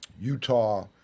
Utah